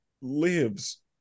lives